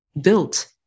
built